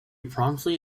promptly